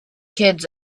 kids